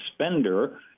spender